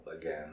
again